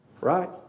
Right